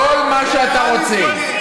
כל מה שאתה רוצה.